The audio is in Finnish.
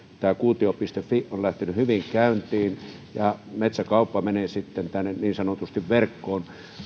tämä kuutio fi on lähtenyt hyvin käyntiin ja metsäkauppa menee sitten niin sanotusti verkkoon